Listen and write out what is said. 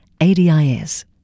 ADIS